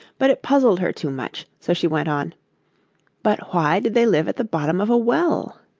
but it puzzled her too much, so she went on but why did they live at the bottom of a well